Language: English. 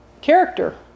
character